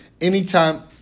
anytime